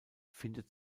findet